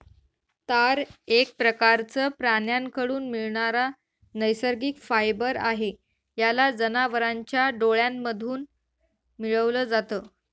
तार एक प्रकारचं प्राण्यांकडून मिळणारा नैसर्गिक फायबर आहे, याला जनावरांच्या डोळ्यांमधून मिळवल जात